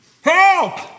Help